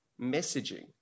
messaging